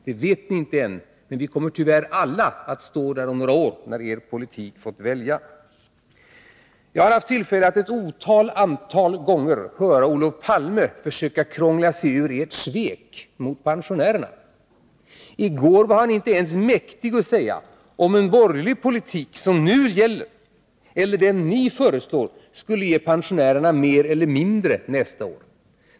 Ni vet det inte än, men vi kommer tyvärr alla att stå där om några år, när er politik fått verka. Jag har haft tillfälle att ett otal gånger höra Olof Palme försöka krångla sig ur ert svek mot pensionärerna. I går var han inte ens mäktig att säga om den borgerliga politiken, som nu gäller, eller den ni föreslår skulle ge pensionärerna mer eller mindre nästa år.